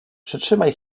przytrzymaj